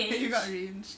ya you got range